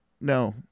No